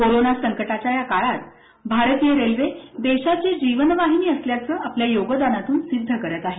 corona संकटाच्या या काळात भारतीय रेल्वे देशाची जीवन वाहिनी असल्याचं आपल्या योगदानातून सिद्ध करत आहे